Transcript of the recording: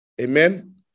Amen